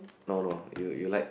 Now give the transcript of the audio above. no no you you like